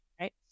right